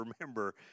remember